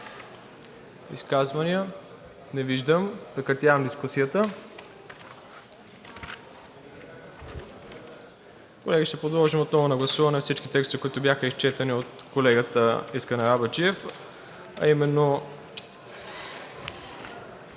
изказвания? Не виждам. Прекратявам дискусията. Колеги, ще подложим отново на гласуване всички текстове, които бяха изчетени от колегата Искрен Арабаджиев, а именно: